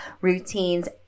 routines